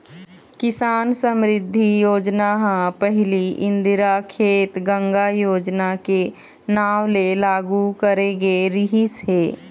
किसान समरिद्धि योजना ह पहिली इंदिरा खेत गंगा योजना के नांव ले लागू करे गे रिहिस हे